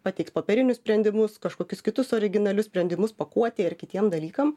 pateiks popierinius sprendimus kažkokius kitus originalius sprendimus pakuotei ir kitiem dalykam